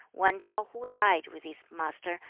when shao hu died with his master,